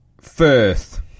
Firth